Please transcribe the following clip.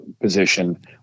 position